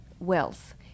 wealth